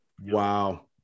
wow